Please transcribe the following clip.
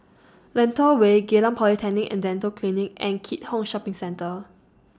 Lentor Way Geylang Polyclinic and Dental Clinic and Keat Hong Shopping Centre